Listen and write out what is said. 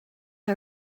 are